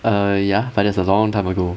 err ya but that's a long time ago